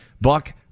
buck